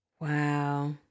Wow